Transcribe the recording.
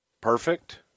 perfect